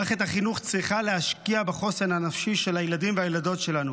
מערכת החינוך צריכה להשקיע בחוסן הנפשי של הילדים והילדות שלנו.